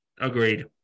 Agreed